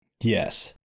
Yes